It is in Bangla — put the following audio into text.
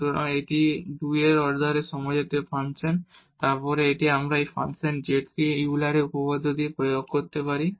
সুতরাং এটি অর্ডার 2 এর একটি সমজাতীয় ফাংশন এবং তারপরে আমরা এই ফাংশন z তে ইউলারের উপপাদ্যEuler's theorem প্রয়োগ করতে পারি